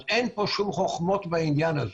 אין פה שום חוכמות בעניין הזה.